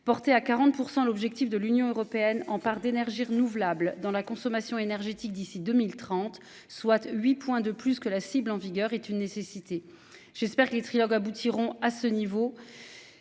porter à 40% l'objectif de l'Union européenne en part d'énergies renouvelables dans la consommation énergétique d'ici 2030, soit 8 points de plus que la cible en vigueur est une nécessité. J'espère que les trilogues aboutiront à ce niveau.